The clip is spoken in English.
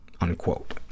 unquote